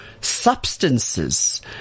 substances